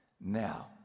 now